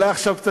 אולי עכשיו קצת